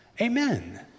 Amen